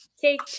Take